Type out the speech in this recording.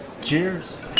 Cheers